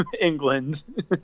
England